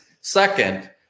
second